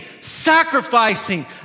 sacrificing